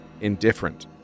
Indifferent